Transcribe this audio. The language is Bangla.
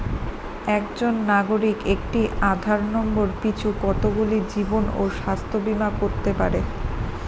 একজন নাগরিক একটি আধার নম্বর পিছু কতগুলি জীবন ও স্বাস্থ্য বীমা করতে পারে?